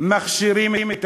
מכשירים את השרץ.